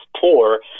poor